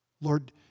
Lord